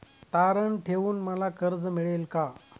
तारण ठेवून मला कर्ज मिळेल का?